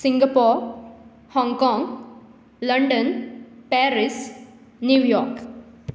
Singapore Hong Kong London Paris New York